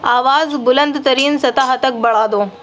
آواز بلند ترین سطح تک بڑھا دو